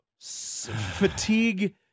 Fatigue